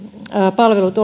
palvelut